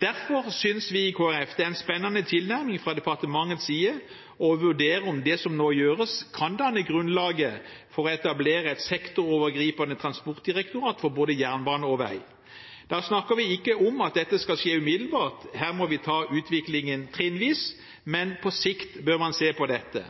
Derfor synes vi i Kristelig Folkeparti at det er en spennende tilnærming fra departementets side å vurdere om det som nå gjøres, kan danne grunnlag for å etablere et sektorovergripende transportdirektorat for både jernbane og vei. Da snakker vi ikke om at dette skal skje umiddelbart. Her må vi ta utviklingen trinnvis. Men på sikt bør man se på dette.